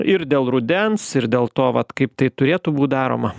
ir dėl rudens ir dėl to vat kaip tai turėtų būt daroma